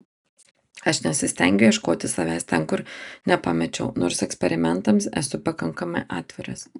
aš nesistengiu ieškoti savęs ten kur nepamečiau nors eksperimentams esu pakankamai atviras